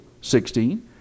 Sixteen